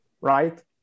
right